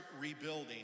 rebuilding